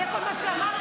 זה כל מה שאמרתי.